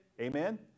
Amen